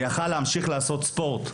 ויכול להמשיך לעשות ספורט,